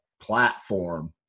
platform